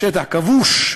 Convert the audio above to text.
בשטח כבוש,